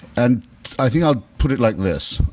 and i think i'll put it like this.